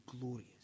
glorious